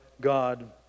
God